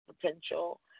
potential